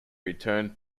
returned